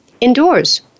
indoors